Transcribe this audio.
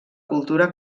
cultura